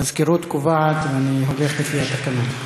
המזכירות קובעת, ואני הולך לפי התקנון.